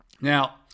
Now